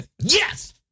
yes